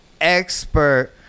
expert